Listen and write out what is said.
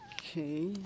Okay